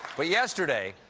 but, yesterday,